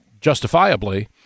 justifiably